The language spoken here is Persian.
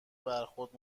برخورد